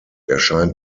erscheint